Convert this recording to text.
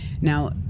Now